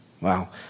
Wow